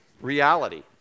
reality